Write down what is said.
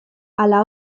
ala